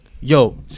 yo